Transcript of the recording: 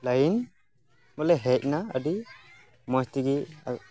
line ᱵᱚᱞᱮ ᱦᱮᱡ ᱮᱱᱟ ᱟᱹᱰᱤ ᱢᱚᱡᱽ ᱛᱮᱜᱮ